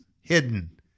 hidden